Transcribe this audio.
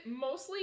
mostly